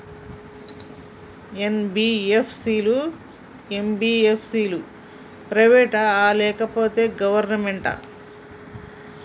NBFC లు, MBFC లు private ఆ లేకపోతే గవర్నమెంటా?